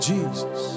Jesus